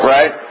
Right